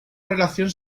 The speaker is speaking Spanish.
relación